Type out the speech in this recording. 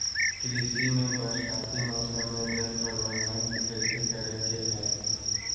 कृषि में बरसाती मौसम में जल प्रबंधन कैसे करे हैय?